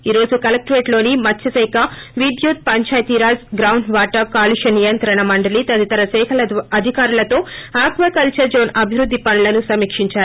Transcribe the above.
ఈ రోజు కలెక్షరేట్ లోని మత్సం శాఖ విద్యుత్ పంచాయతీ రాజ్ గ్రౌండ్ వాటర్ కాలుష్య నియంత్రణ మండలి తదితర శాఖల అధికారులతో ఆక్వా కల్చర్ జోన్ ్ అభివృద్ది పనులను సమీక్షించారు